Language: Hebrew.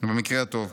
במקרה הטוב,